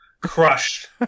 crushed